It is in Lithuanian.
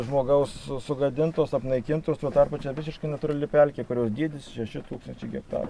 žmogaus su sugadintos apnaikintos tuo tarpu čia visiškai natūrali pelkė kurios dydis šeši tūkstančiai hektarų